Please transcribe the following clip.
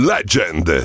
Legend